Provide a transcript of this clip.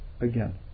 again